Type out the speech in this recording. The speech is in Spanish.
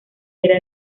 era